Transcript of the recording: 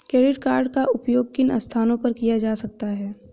Credit card का उपयोग किन स्थानों पर किया जा सकता है?